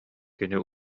кини